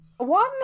one